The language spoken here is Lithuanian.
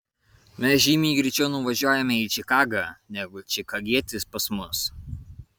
mes žymiai greičiau nuvažiuojame į čikagą negu čikagietis pas mus